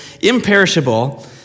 imperishable